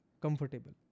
Comfortable